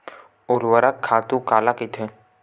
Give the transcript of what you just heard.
ऊर्वरक खातु काला कहिथे?